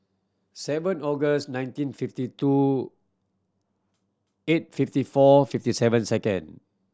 seven August nineteen fifty two eight fifty four fifty seven second